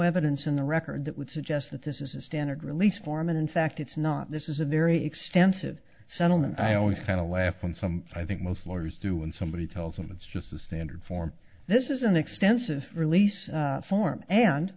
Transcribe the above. evidence in the record that would suggest that this is a standard release form and in fact it's not this is a very extensive settlement i always kind of laugh and some i think most lawyers do and somebody tells them it's just a standard form this is an extensive release form and